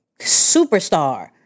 superstar